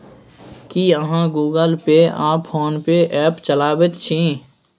की अहाँ गुगल पे आ फोन पे ऐप चलाबैत छी?